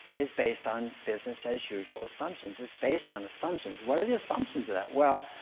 is based on business-as-usual assumptions. it's based on assumptions. what are the assumptions of that? well,